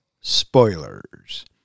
spoilers